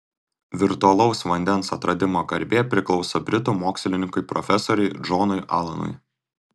virtualaus vandens atradimo garbė priklauso britų mokslininkui profesoriui džonui alanui